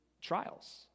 trials